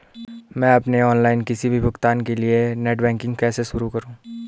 मैं अपने ऑनलाइन किसी भी भुगतान के लिए नेट बैंकिंग कैसे शुरु करूँ?